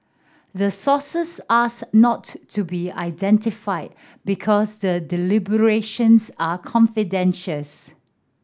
the sources asked not to to be identified because the deliberations are confidential's